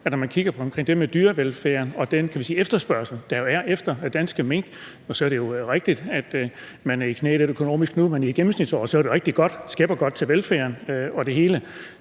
når man kigger på det med dyrevelfærden og den efterspørgsel, der er efter danske mink – og så er det jo rigtigt, at man økonomisk er lidt i knæ nu – at det i et gennemsnitsår skæpper godt til velfærden og det hele.